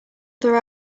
other